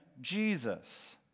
Jesus